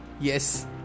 yes